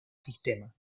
sistema